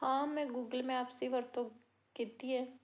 ਹਾਂ ਮੈਂ Google maps ਦੀ ਵਰਤੋਂ ਕੀਤੀ ਹੈ